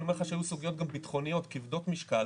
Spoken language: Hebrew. אני אומר לך שהיו גם סוגיות ביטחוניות כבדות משקל,